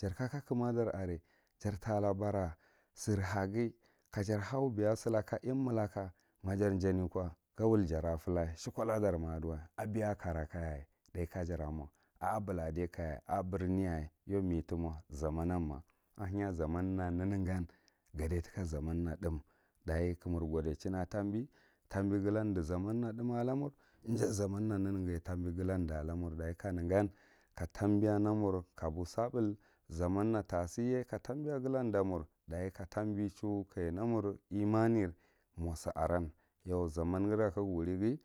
Jarkaka kumma dar are, jar tara bara sir haghi silaka imelaka ma jar jahniko ga wul jara fella shekolla dara ma aduwa abeya ako kara kayas tháh kajara mo a buladikaye a briniyaye yau me timo zaman manma ahenya zaman na thúus dachi ka mur godichin a ka tambi tambi ngalan di zaman thúm ala muri ja zaman na neneganye tambi ngalandi ala mur dachi kanegan kambi na mur kabugahbul zaman na tasiya kambiya galan da mur dachi katambi chan n amur imaneri mo si aran yau zaman ghira kaga wurighi